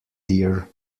dear